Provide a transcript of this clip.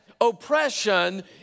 oppression